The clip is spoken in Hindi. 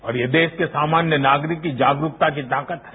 और ये देश की सामान्य नागरिक की जागरूकता की ताकत है